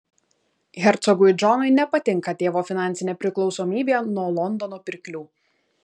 hercogui džonui nepatinka tėvo finansinė priklausomybė nuo londono pirklių